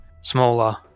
smaller